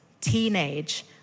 teenage